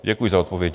Děkuji za odpovědi.